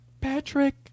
Patrick